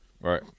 Right